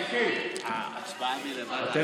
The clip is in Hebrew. מיקי, נראה, תהיה גיבור על מערכת,